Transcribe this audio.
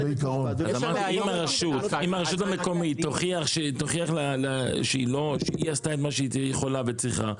אבל אם הרשות תוכיח שהיא עשתה את מה שהיא יכולה וצריכה,